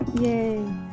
Yay